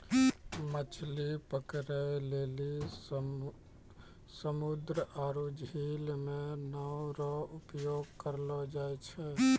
मछली पकड़ै लेली समुन्द्र आरु झील मे नांव रो उपयोग करलो जाय छै